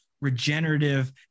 regenerative